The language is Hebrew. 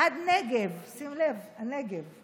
עד נגב" שים לב: "נגב"